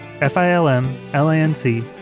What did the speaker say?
F-I-L-M-L-A-N-C